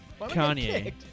Kanye